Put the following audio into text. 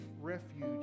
refuge